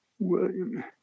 William